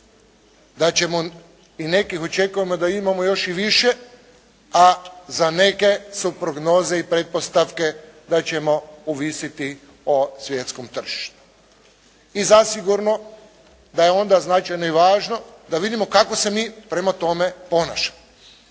Da ćemo, i nekih očekujemo da imamo još i više, a za neke su prognoze i pretpostavke da ćemo ovisiti o svjetskom tržištu. I zasigurno da je onda značajno i važno da vidimo kako se mi prema tome ponašamo.